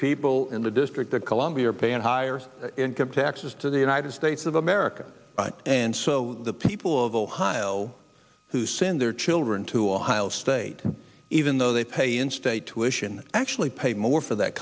people in the district of columbia are paying higher income taxes to the united states of america and so the people of ohio who send their children to ohio state even though they pay in state tuition actually pay more for that